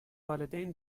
والدین